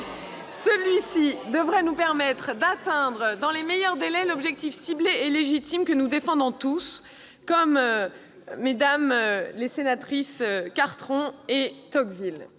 Celui-ci devrait nous permettre d'atteindre dans les meilleurs délais l'objectif ciblé et légitime que nous défendons tous, à l'instar de Mmes les sénatrices Cartron et Tocqueville.